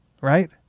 right